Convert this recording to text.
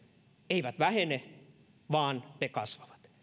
eivät vähene vaan ne kasvavat